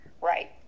right